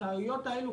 לטעויות הללו,